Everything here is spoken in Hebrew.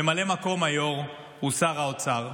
ממלא מקום היו"ר הוא שר האוצר,